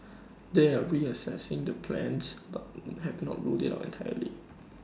they are reassessing their plans but have not ruled IT out entirely